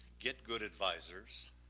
get good advisors,